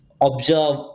observe